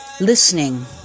listening